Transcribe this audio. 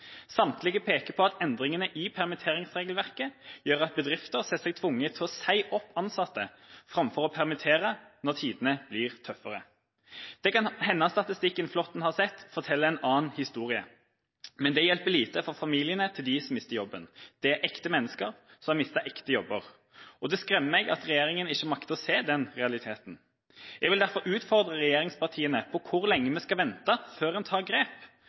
Samtlige peker på at endringene i permitteringsregelverket gjør at bedrifter ser seg tvunget til å si opp ansatte framfor å permittere når tidene blir tøffere. Det kan hende statistikken Flåtten har sett, forteller en annen historie, men det hjelper lite for familiene til dem som mister jobben. Det er ekte mennesker, som mister ekte jobber. Det skremmer meg at regjeringa ikke makter å se den realiteten. Jeg vil derfor utfordre regjeringspartiene på hvor lenge vi skal vente før en tar grep.